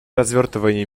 развертывания